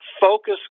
Focus